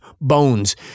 bones